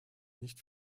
nicht